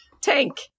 tank